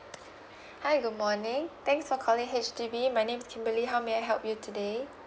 hi good morning thanks for calling H_D_B my name is kimberley how may I help you today